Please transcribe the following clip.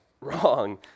Wrong